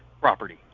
property